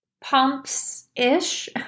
pumps-ish